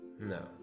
No